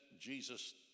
Jesus